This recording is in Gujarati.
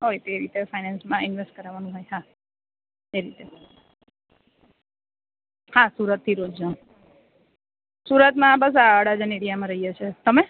હોય તે રીતે ફાઇનાન્સમાં ઇન્વેસ્ટ કરાવવાનું હોય એ રીતે હા સુરતથી રોજ જાઉં સુરતમાં બસ અડાજણ એરિયામાં રહીએ છીએ તમે